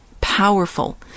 powerful